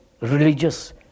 religious